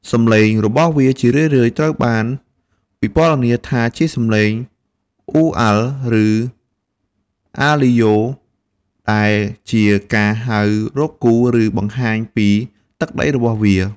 សំឡេងរបស់វាជារឿយៗត្រូវបានពិពណ៌នាថាជាសំឡេង "អ៊ូ-អាល់" ឬ "អា-លីយូ" ដែលជាការហៅរកគូ ឬបង្ហាញពីទឹកដីរបស់វា។